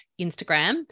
Instagram